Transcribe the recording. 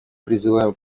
призываем